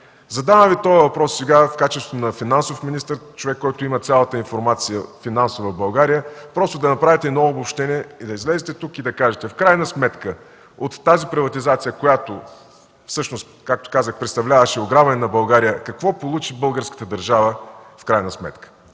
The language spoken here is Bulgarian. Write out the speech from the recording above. Задавам Ви този въпрос сега, в качеството на финансов министър, човек, който има цялата финансова информация в България, просто да направите едно обобщение, да излезете тук и да кажете от тази приватизация, която всъщност, както казах, представляваше ограбване на България, какво получи в крайна сметка